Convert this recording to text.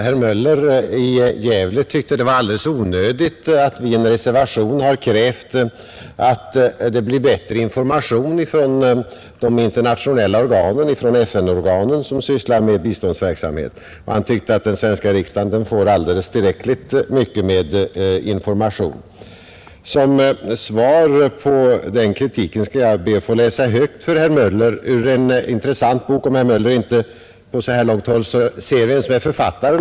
Herr Möller i Gävle tyckte det var alldeles onödigt att vi i en reservation har krävt bättre information från de internationella organen och från FN-organen som sysslar med biståndsverksamhet. Han tyckte att den svenska riksdagen får alldeles tillräckligt med information. Som svar på den kritiken skall jag be att få läsa högt för herr Möller ur en intressant bok. Jag vet inte om herr Möller på så här långt håll kan se vem som är författaren.